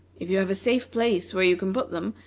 if you have a safe place where you can put them,